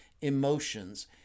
emotions